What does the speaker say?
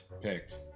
picked